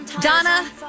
Donna